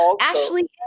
Ashley